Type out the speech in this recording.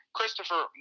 Christopher